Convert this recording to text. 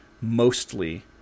mostly